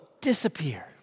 disappear